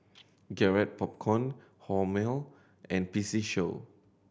Garrett Popcorn Hormel and P C Show